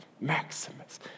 Maximus